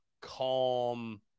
calm